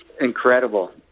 incredible